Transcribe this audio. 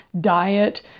diet